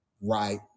right